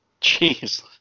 Jeez